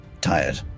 Tired